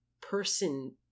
person